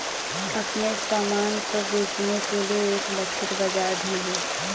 अपने सामान को बेचने के लिए एक लक्षित बाजार ढूंढो